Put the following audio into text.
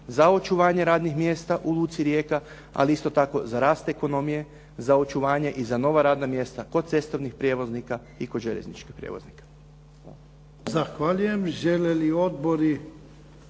za očuvanje radnih mjesta u luci Rijeka ali isto tako za rast ekonomije, za očuvanje i za nova radna mjesta kod cestovnih prijevoznika i kod željezničkih prijevoznika.